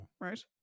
Right